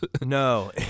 No